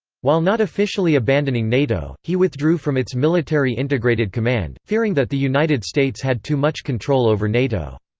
while not officially abandoning nato, he withdrew from its military integrated command, fearing that the united states had too much control over nato.